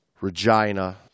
Regina